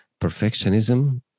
perfectionism